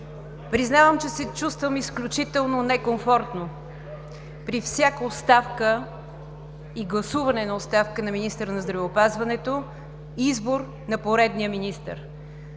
Признавам, че се чувствам изключително некомфортно при всяка оставка и гласуване на оставка на министъра на здравеопазването и избор на поредния министър.